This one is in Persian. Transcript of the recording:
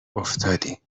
افتادیم